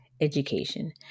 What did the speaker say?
education